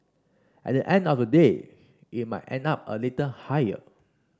at the end of the day I might end up a little higher